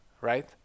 Right